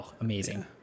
amazing